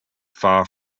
far